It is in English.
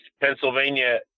Pennsylvania